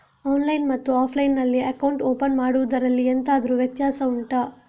online ಮತ್ತು offline ನಲ್ಲಿ account open ಮಾಡುವುದರಲ್ಲಿ ಎಂತಾದರು ವ್ಯತ್ಯಾಸ ಉಂಟಾ